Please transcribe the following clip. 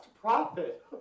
profit